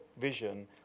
vision